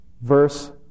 Verse